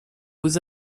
aux